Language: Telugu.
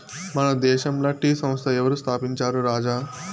మన దేశంల టీ సంస్థ ఎవరు స్థాపించారు రాజా